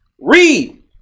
Read